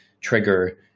trigger